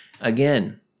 Again